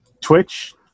Twitch